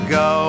go